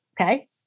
Okay